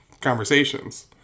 conversations